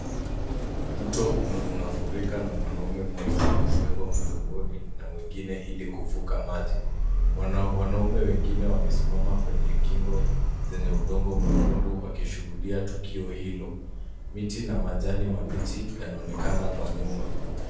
Mto unafurika, na mwanaume mmoja amebebwa mgongoni na mwingine, ili kuvuka maji. Wanaume wengine wamesimama kwenye kingo zenye udongo mwekundu, wakishuhudia tukio hilo. Miti na majani mabichi yanaonekana kwa nyuma.